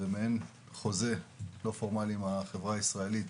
מעין חוזה לא פורמלי עם החברה הישראלית,